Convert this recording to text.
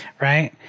Right